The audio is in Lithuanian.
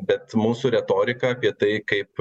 bet mūsų retorika apie tai kaip